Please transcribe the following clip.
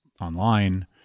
online